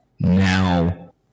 now